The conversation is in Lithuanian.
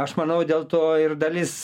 aš manau dėl to ir dalis